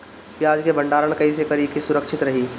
प्याज के भंडारण कइसे करी की सुरक्षित रही?